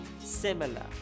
similar